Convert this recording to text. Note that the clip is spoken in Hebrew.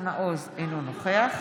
אינו נוכח